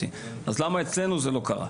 למה אצלנו זה לא קרה?